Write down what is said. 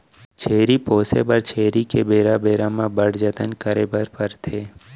छेरी पोसे बर छेरी के बेरा बेरा म बड़ जतन करे बर परथे